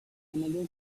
another